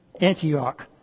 Antioch